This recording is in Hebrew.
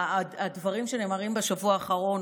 הדברים שנאמרים בשבוע האחרון,